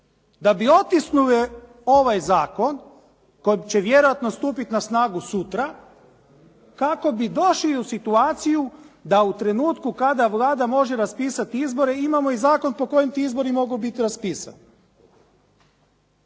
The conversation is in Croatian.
da bi otisnule ovaj zakon koji će vjerojatno stupit na snagu sutra, kako bi došli u situaciju da u trenutku kada Vlada može raspisati izbore imamo i zakon po kojem ti izbori mogu biti raspisani.